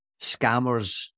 scammers